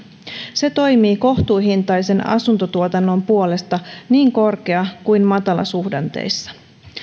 se toimii kohtuuhintaisen asuntotuotannon puolesta niin korkea kuin matalasuhdanteissa